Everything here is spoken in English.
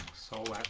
so like